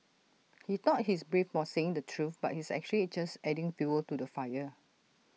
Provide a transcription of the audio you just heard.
he thought he's brave for saying the truth but he's actually just adding fuel to the fire